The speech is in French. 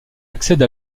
accède